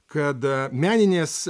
kad meninės